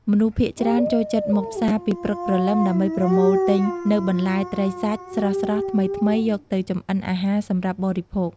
មនុស្សភាគច្រើនចូលចិត្តមកផ្សារពីព្រឹកព្រលឹមដើម្បីប្រមូលទិញនូវបន្លែ ត្រី សាច់ ស្រស់ៗថ្មីៗយកទៅចម្អិនអាហារសម្រាប់បរិភោគ។